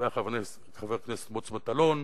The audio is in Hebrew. חברי הכנסת מוץ מטלון,